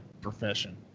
profession